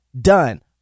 done